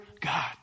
God